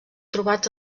trobats